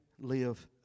live